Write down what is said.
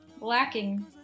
lacking